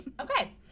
Okay